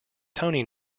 tony